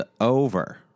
over